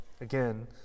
again